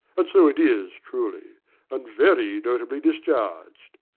and so it is, truly and very notably discharg'd.